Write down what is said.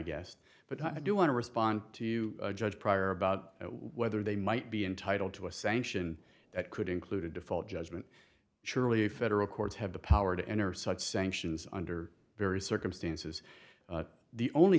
guess but i do want to respond to judge prior about whether they might be entitled to a sanction that could include a default judgment surely a federal courts have the power to enter such sanctions under various circumstances the only